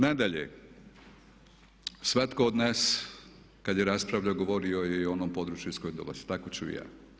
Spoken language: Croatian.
Nadalje, svatko od nas kad je raspravljao govorio je i onom području iz kojeg dolazi, tako ću i ja.